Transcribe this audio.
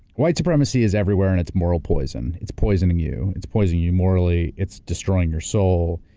white supremacy is everywhere and it's moral poison. it's poisoning you, it's poisoning you morally, it's destroying your soul.